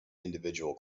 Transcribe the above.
individual